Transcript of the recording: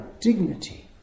dignity